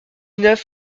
neuf